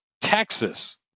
Texas